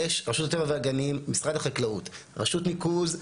יש רשות טבע והגנים, משרד החקלאות, רשות ניקוז,